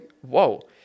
Whoa